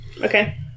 Okay